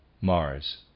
Mars